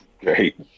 Great